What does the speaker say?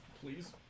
please